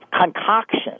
concoction